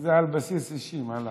זה על בסיס אישי, מה לעשות.